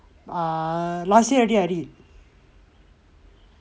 err last year already I read